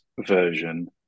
version